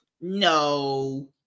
No